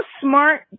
smart